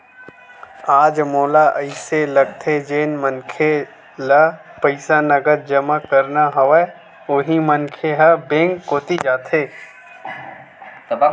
आज मोला अइसे लगथे जेन मनखे ल पईसा नगद जमा करना हवय उही मनखे ह बेंक कोती जाथे